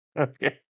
Okay